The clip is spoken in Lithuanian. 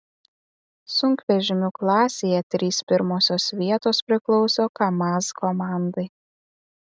sunkvežimių klasėje trys pirmosios vietos priklauso kamaz komandai